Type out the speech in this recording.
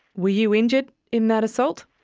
were you injured in that assault?